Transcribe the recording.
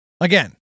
Again